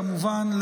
כמובן,